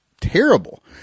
terrible